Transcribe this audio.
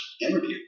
interview